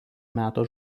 meto